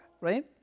right